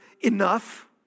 Enough